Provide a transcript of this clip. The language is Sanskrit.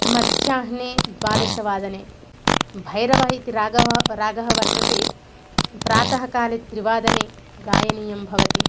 मध्याह्ने द्वादशवादने भैरवः इति रागवः रागः वर्तते प्रातः काले त्रिवादने गायनीयं भवति